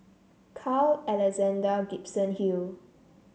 Carl Alexander Gibson Hill